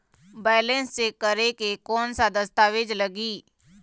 Balance check करें कोन सा दस्तावेज लगी?